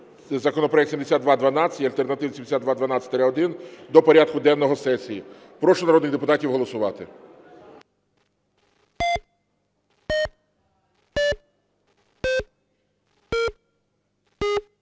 законопроект 7212 і альтернативний 7212-1 до порядку денного сесії. Прошу народних депутатів голосувати.